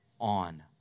on